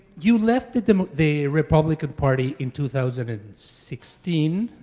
you left the the republican party in two thousand and sixteen,